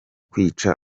kwica